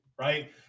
right